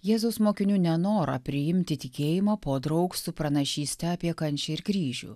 jėzaus mokinių nenorą priimti tikėjimą podraug su pranašystę apie kančią ir kryžių